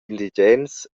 indigens